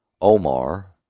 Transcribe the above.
Omar